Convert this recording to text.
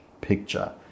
picture